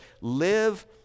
live